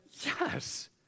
yes